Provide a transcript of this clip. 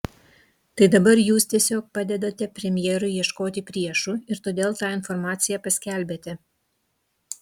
tai dabar jūs tiesiog padedate premjerui ieškoti priešų ir todėl tą informaciją paskelbėte